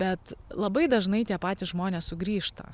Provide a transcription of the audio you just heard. bet labai dažnai tie patys žmonės sugrįžta